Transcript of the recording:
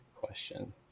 question